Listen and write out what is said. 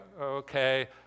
okay